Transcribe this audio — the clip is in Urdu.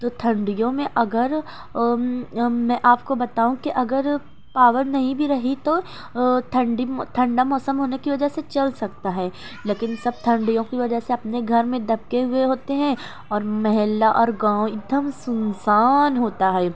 تو ٹھنڈیوں میں اگر میں آپ کو بتاؤں کہ اگر پاور نہیں بھی رہی تو ٹھنڈی ٹھنڈا موسم ہونے کی وجہ سے چل سکتا ہے لیکن سب ٹھنڈیوں کی وجہ سے اپنے گھر میں دبکے ہوئے ہوتے ہیں اور محلہ اور گاؤں ایک دم سنسان ہوتا ہے